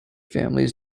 families